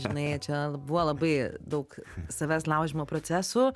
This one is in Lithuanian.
žinai čia buvo labai daug savęs laužymo procesų